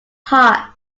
heart